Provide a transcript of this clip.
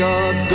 God